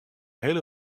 hiele